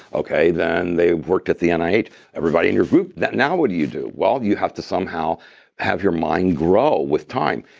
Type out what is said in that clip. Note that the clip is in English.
okay, then they've worked at the nih. everybody in your group, now what do you do? well, you have to somehow have your mind grow with time.